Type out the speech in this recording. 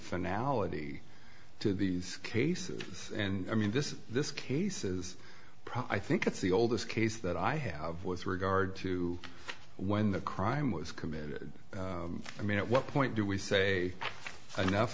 finality to these cases and i mean this this case is probably i think it's the oldest case that i have with regard to when the crime was committed i mean at what point do we say enough